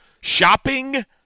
shopping